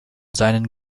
seinen